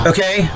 Okay